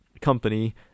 company